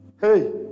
Hey